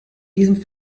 diesem